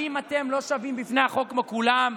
האם אתם לא שווים בפני החוק כמו כולם?